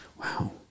Wow